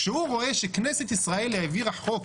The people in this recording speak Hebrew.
כשהוא רואה שכנסת ישראל העבירה חוק